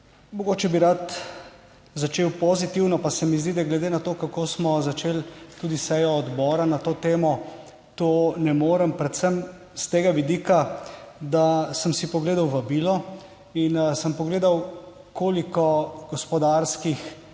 Mogoče bi rad začel pozitivno, pa se mi zdi, da glede na to, kako smo začeli tudi sejo odbora na to temo, to ne morem, predvsem s tega vidika, da sem si pogledal vabilo in sem pogledal, koliko gospodarskih,